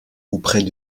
auprès